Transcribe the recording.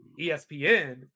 ESPN